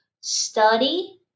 study